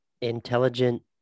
intelligent